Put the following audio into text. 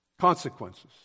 consequences